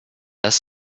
das